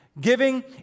Giving